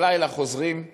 בלילה חוזרים לבסיס,